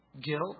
Guilt